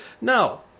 No